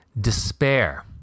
Despair